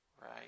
right